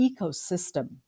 ecosystem